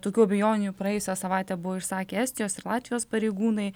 tokių abejonių jau praėjusią savaitę buvo išsakę estijos ir latvijos pareigūnai